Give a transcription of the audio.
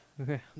Okay